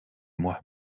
mois